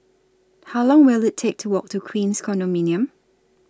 How Long Will IT Take to Walk to Queens Condominium